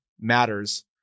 matters